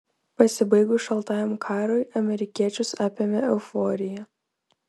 pasibaigus šaltajam karui amerikiečius apėmė euforija